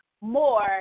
more